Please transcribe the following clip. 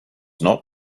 not